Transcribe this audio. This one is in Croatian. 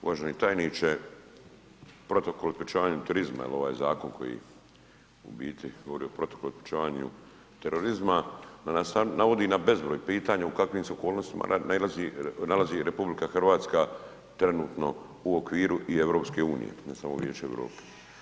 Uvaženi tajniče, protokol o sprječavanju terorizma jer ovaj zakon koji u biti govori o protokolu o sprječavanju terorizma, navodi na bezbroj pitanja u kakvim se okolnostima nalazi RH trenutno u okviru i EU-a, ne samo Vijeća Europe.